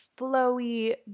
flowy